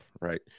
right